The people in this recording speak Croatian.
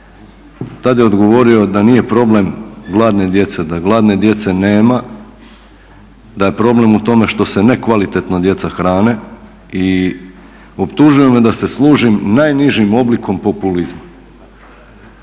Tad je odgovorio da nije problem gladne djece, da gladne djece nema, da je problem u tome što se nekvalitetno djeca hrane i optužio me da se služim najnižim oblikom populizma.